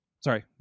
sorry